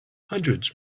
hundreds